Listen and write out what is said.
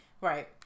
Right